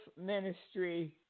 ministry